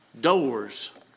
doors